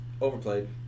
overplayed